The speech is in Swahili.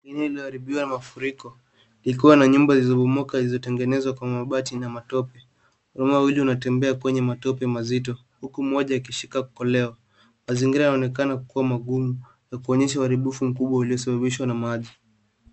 Eneo lililoharibiwa na mafuriko, likiwa na nyumba zilizobomoka, zilizotengenezwa kwa mabati na matope. Wanaume wawili wanatembea kwenye matope mazito, huku mmoja akishika koleo. Mazingira yanaonekana kuwa magumu, na kuonyesha uharibifu mkubwa uliosababishwa na maji.